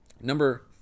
number